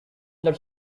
their